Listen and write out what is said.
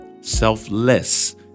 selfless